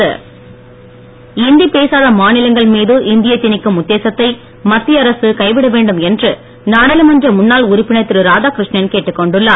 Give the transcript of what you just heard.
ராதாகிருஷ்ணன் இந்தி பேசாத மாநிலங்கள் மீது இந்தியை திணிக்கும் உத்தேசத்தை மத்திய அரசு கைவிட வேண்டும் என்று நாடாளுமன்ற முன்னாள் உறுப்பினர் திரு ராதாகிருஷ்ணன் கேட்டுக் கொண்டுள்ளார்